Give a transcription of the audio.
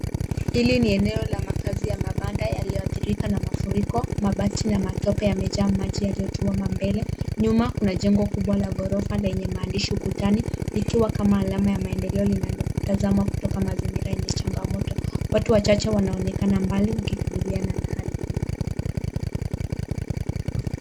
Hili ni eneo la makazi ya mabanda yaliyoathirika na mafuriko, mabati na matope yamejaa maji yaliyotuama mbele. Nyuma, kuna jengo kubwa la ghorofa lenye maandishi ukutani, likiwa kama alama ya maendeleo linalotazama kutoka mazingira yenye changamoto. Watu wachache wanaonekana mbali wakikabiliana na hali.